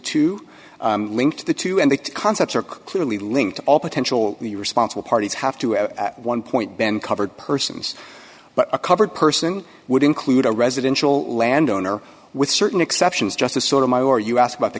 two linked to the two and the concepts are clearly linked all potential the responsible parties have to have at one point been covered persons but a covered person would include a residential landowner with certain exceptions just a sort of my or you ask about the